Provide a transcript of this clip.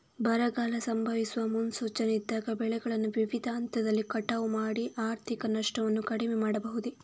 ಬರಗಾಲ ಸಂಭವಿಸುವ ಮುನ್ಸೂಚನೆ ಇದ್ದಾಗ ಬೆಳೆಗಳನ್ನು ವಿವಿಧ ಹಂತದಲ್ಲಿ ಕಟಾವು ಮಾಡಿ ಆರ್ಥಿಕ ನಷ್ಟವನ್ನು ಕಡಿಮೆ ಮಾಡಬಹುದೇ?